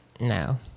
no